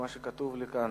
לפי מה שכתוב לי כאן,